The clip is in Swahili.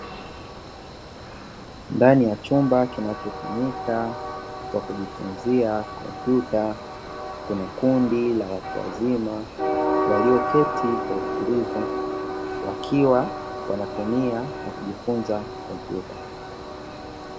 Ndani ya chumba kinachotumika kwa kujifunza kompyuta kuna kundi la watu wazima walioketi kwa utulivu wakiwa wanatumia na kujifunza kompyuta.